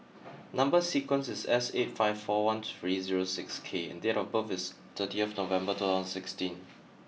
number sequence is S eight five four one three zero six K and date of birth is thirty of November two thousand sixteen